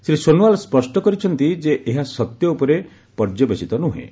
ଶ୍ରୀ ସୋନୱାଲ ସ୍ୱଷ୍ଟ କରିଛନ୍ତି ଯେ ଏହା ସତ୍ୟ ଉପରେ ପର୍ଯ୍ୟବେସିତ ନୁହେଁ